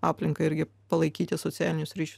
aplinką irgi palaikyti socialinius ryšius